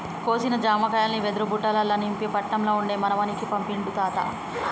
కోసిన జామకాయల్ని వెదురు బుట్టలల్ల నింపి పట్నం ల ఉండే మనవనికి పంపిండు తాత